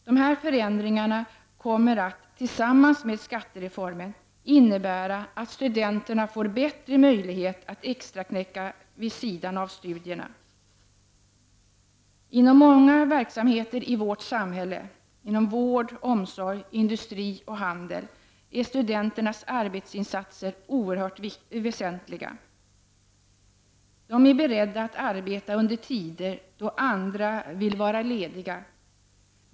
Dessa förändringar kommer att, tillsammans med skattereformen, innebära att studenterna får bättre möjlighet att extraknäcka vid sidan av studierna. Inom många verksamheter i vårt samhälle, som vård, omsorg, industri och handel, är studenternas arbetsinsatser oerhört väsentliga. De är beredda att arbeta under tider då andra vill vara lediga.